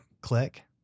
click